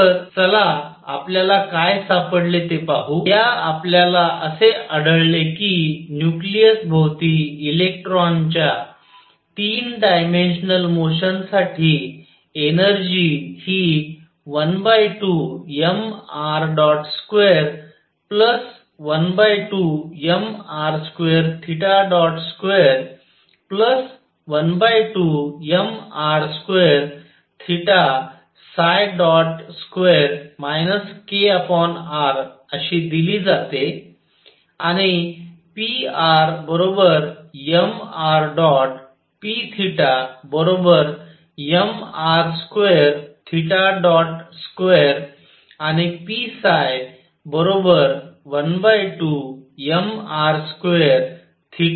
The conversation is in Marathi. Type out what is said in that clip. तर चला आपल्याला काय सापडले ते पाहू या आपल्याला असे आढळले की न्यूक्लियस भोवती इलेक्ट्रॉनच्या 3 डायमेन्शनल मोशन साठी एनर्जी हि 12mr212mr2212mr22 kr अशी दिली जाते आणि pr mr p mr22 आणि p12mr22 आहे